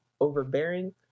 overbearing